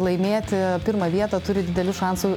laimėti pirmą vietą turi didelių šansų